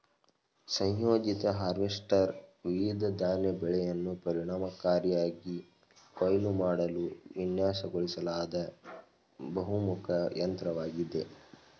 ಸಂಯೋಜಿತ ಹಾರ್ವೆಸ್ಟರ್ ವಿವಿಧ ಧಾನ್ಯ ಬೆಳೆಯನ್ನು ಪರಿಣಾಮಕಾರಿಯಾಗಿ ಕೊಯ್ಲು ಮಾಡಲು ವಿನ್ಯಾಸಗೊಳಿಸಲಾದ ಬಹುಮುಖ ಯಂತ್ರವಾಗಿದೆ